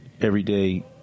everyday